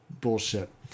bullshit